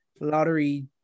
lottery